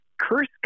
curse